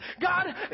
God